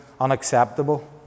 Unacceptable